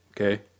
Okay